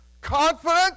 Confident